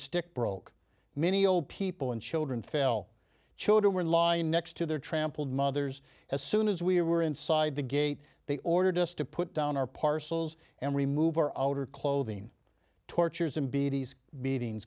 stick broke many old people and children fell children were lined next to their trampled mothers as soon as we were inside the gate they ordered us to put down our parcels and remove our outer clothing tortures